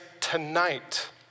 tonight